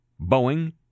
Boeing